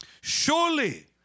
Surely